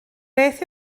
beth